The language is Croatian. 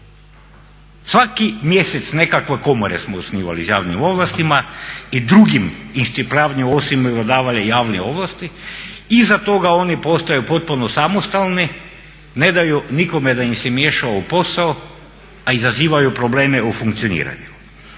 Svaki mjesec nekakve komore smo osnivali s javnim ovlastima i drugim …/Govornik se ne razumije./ … davale javne ovlasti, iza toga oni postaju potpuno samostalni, ne daju nikome da im se miješa u posao, a izazivaju probleme u funkcioniranju.